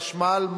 חשמל,